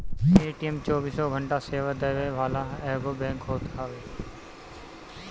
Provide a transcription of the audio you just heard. ATM चौबीसों घंटा सेवा देवे वाला एगो बैंक होत हवे